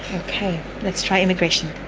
okay, let's try immigration.